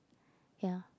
ya